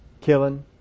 killing